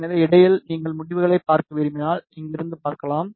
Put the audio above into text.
எனவே இடையில் நீங்கள் முடிவுகளைப் பார்க்க விரும்பினால் இங்கிருந்து பார்க்கலாம்